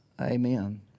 amen